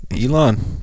Elon